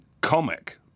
comic